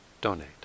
donate